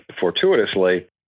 fortuitously